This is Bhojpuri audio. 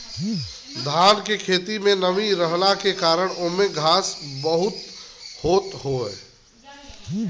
धान के खेत में नमी रहला के कारण ओमे घास बहुते होत हवे